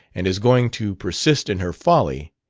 and is going to persist in her folly,